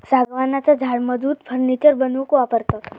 सागवानाचा झाड मजबूत फर्नीचर बनवूक वापरतत